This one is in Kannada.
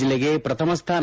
ಜಿಲ್ಲೆಗೆ ಪ್ರಥಮ ಸ್ಥಾನ